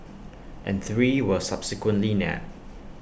and three were subsequently nabbed